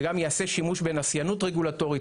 וגם ייעשה שימוש בנסייניות רגולטורית,